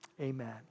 Amen